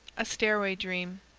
a stairway dream.